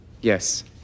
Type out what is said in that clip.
yes